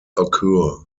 occur